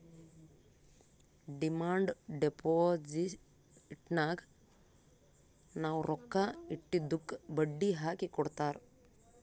demand ಡಿಪೋಸಿಟ್ನಾಗ್ ನಾವ್ ರೊಕ್ಕಾ ಇಟ್ಟಿದ್ದುಕ್ ಬಡ್ಡಿ ಹಾಕಿ ಕೊಡ್ತಾರ್